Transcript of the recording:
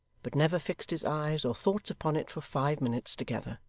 but never fixed his eyes or thoughts upon it for five minutes together.